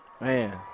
Man